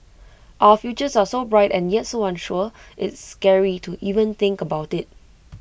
our futures are so bright and yet so unsure it's scary to even think about IT